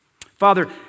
Father